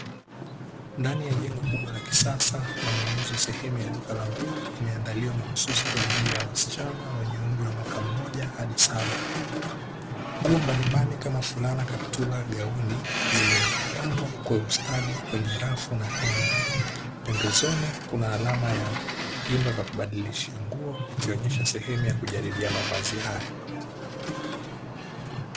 Ndani ya jengo kubwa la kisasa la mauzo sehemu ya duka la nguo, limeandaliwa mahususi kwa ajili ya wasichana wenye umri wa mwaka mmoja hadi saba. Nguo mbalimbali kama: fulana, kaptura, gauni zimepangwa kwa ustadi kwenye rafu na henga. Pembezoni kuna alama ya vyumba vya kubadilishia nguo, ikionyesha sehemu ya kujaribia mavazi haya.